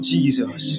Jesus